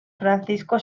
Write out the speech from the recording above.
francisco